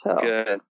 Good